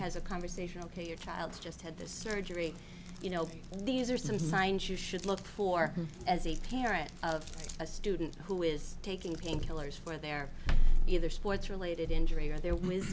has a conversation ok your child's just had this surgery you know these are some signs you should look for as a tear at a student who is taking painkillers for their either sports related injury or their wi